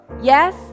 Yes